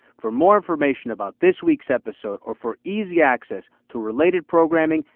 for more information about this week's episode or for easy access to related programming,